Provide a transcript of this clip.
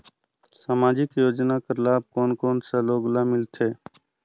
समाजिक योजना कर लाभ कोन कोन सा लोग ला मिलथे?